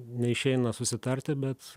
neišeina susitarti bet